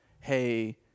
hey